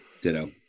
ditto